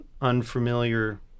unfamiliar